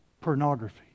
pornography